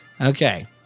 Okay